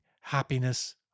happiness